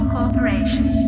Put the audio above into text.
Corporation